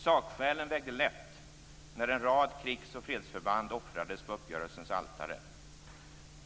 Sakskälen vägde lätt när en rad krigs och fredsförband offrades på uppgörelsens altare.